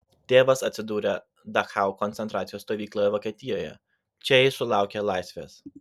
tėvas atsidūrė dachau koncentracijos stovykloje vokietijoje čia jis sulaukė laisvės